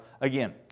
again